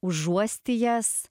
užuosti jas